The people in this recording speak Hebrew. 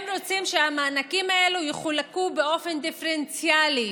הם רוצים שהמענקים האלו יחולקו באופן דיפרנציאלי.